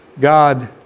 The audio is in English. God